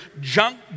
junk